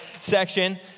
section